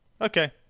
Okay